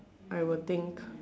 I will think